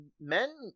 men